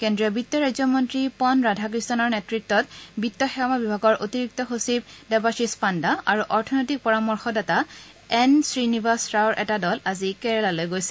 কেন্দ্ৰীয় বিত্ত ৰাজ্য মন্ত্ৰী পন ৰাধাকৃষ্ণৰ নেতৃত্বত বিত্ত সেৱা বিভাগৰ অতিৰিক্ত সচিব দেৱাশীষ পাণ্ডা আৰু অৰ্থনৈতিক পৰামৰ্শ দাতা এন শ্ৰীনিবাস ৰাওৰ এটা দলে আজি আলোচনাত মিলিত হ'ব